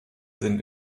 sind